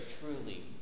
truly